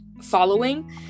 following